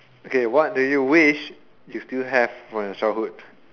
okay what did you wish you still have from your childhood